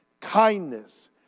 kindness